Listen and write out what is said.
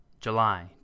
July